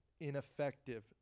ineffective